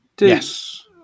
Yes